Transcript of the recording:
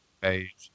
page